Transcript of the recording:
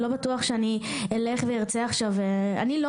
לא בטוח שאני אלך וארצה עכשיו אני לא